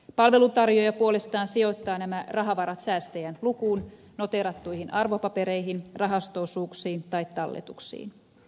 palveluntarjoaja puolestaan sijoittaa nämä rahavarat säästäjän lukuun noteerattuihin arvopapereihin rahasto osuuksiin tai talletuksiin